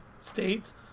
States